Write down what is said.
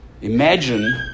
imagine